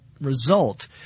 result